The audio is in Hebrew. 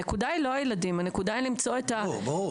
הנקודה היא לא הילדים הנקודה היא למצוא את ראש --- ברור.